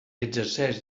exercix